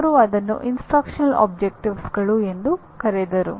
ಅವರು ಅದನ್ನು ಬೋಧನಾ ಧ್ಯೇಯಗಳು ಎಂದು ಕರೆದರು